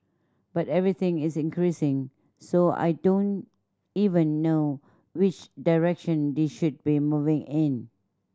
but everything is increasing so I don't even know which direction they should be moving in